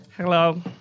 Hello